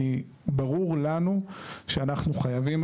ברור לנו שאנחנו חייבים,